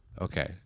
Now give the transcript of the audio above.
okay